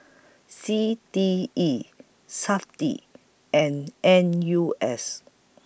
C T E Safti and N U S